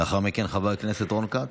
לאחר מכן, חבר הכנסת רון כץ.